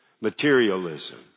materialism